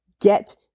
get